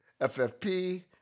FFP